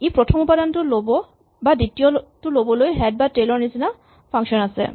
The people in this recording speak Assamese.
ই প্ৰথম উপাদানটো ল'ব বা দ্বিতীয়টো ল'বলৈ হেড বা টেইল ৰ নিচিনা ফাংচন আছে